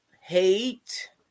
hate